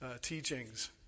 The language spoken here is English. teachings